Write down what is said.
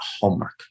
homework